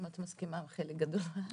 אם את מסכימה עם חלק גדול מהדברים.